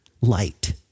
light